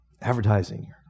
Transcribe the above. advertising